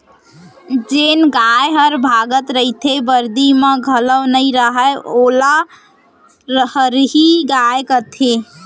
जेन गाय हर भागत रइथे, बरदी म घलौ नइ रहय वोला हरही गाय कथें